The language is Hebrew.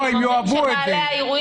הם אומרים שבעלי האירועים חייבים יותר כסף.